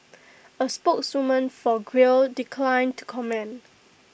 A spokeswoman for Grail declined to comment